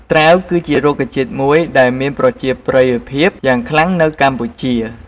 ត្រាវគឺជារុក្ខជាតិមួយដែលមានប្រជាប្រិយភាពយ៉ាងខ្លាំងនៅកម្ពុជា។